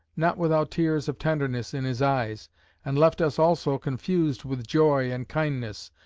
not without tears of tenderness in his eyes and left us also confused with joy and kindness,